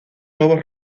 nuevos